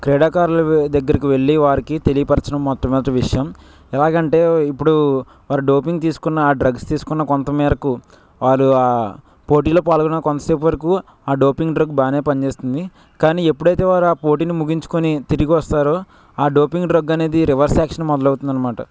క్రీడాకారుల దగ్గరకు వెళ్ళి వారికి తెలియపరచడం మొట్టమొదటి విషయం ఎలాగంటే ఇప్పుడు వారి డోపింగ్ తీసుకున్న డ్రగ్స్ తీసుకున్న కొంత మేరకు వారు ఆ పోటీల్లో పాల్గొన్న కొంతసేపు వరకు ఆ డోపింగ్ డ్రగ్ బాగానే పనిచేస్తుంది కానీ ఎప్పుడైతే వారు ఆ పోటీని ముగించుకొని తిరిగి వస్తారో ఆ డోపింగ్ డ్రగ్ అనేది రివర్స్ యాక్షన్ మొదలవుతుంది అన్నమాట